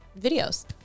videos